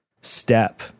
step